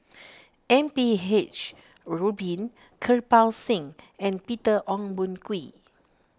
M P H Rubin Kirpal Singh and Peter Ong Boon Kwee